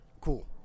Cool